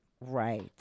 Right